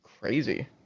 crazy